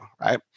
right